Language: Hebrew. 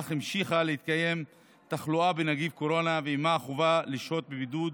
אך המשיכה להתקיים תחלואה בנגיף קורונה ועימה החובה לשהות בבידוד,